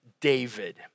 David